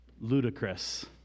Ludicrous